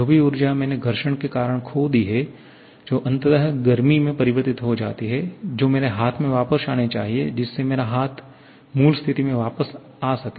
जो भी ऊर्जा मैंने घर्षण के कारण खो दी है जो अंततः गर्मी में परिवर्तित हो जाती है जो मेरे हाथ में वापस आनी चाहिए जिससे मेरा हाथ मूल स्थिति में वापस आ सके